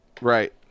Right